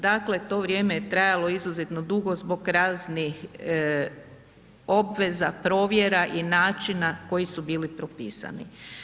Dakle, to vrijeme je trajalo izuzetno dugo zbog raznih obveza, provjera i načina koji su bili propisani.